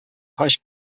хаҗ